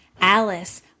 Alice